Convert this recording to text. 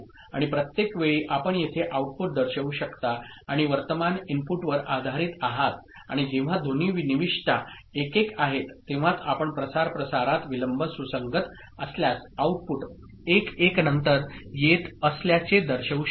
आणि प्रत्येक वेळी आपण येथे आउटपुट दर्शवू शकता आणि वर्तमान इनपुटवर आधारित आहात आणि जेव्हा दोन्ही निविष्ठा 1 1 आहेत तेव्हाच आपण प्रसार प्रसारात विलंब सुसंगत असल्यास आउटपुट 1 1 नंतर येत असल्याचे दर्शवू शकता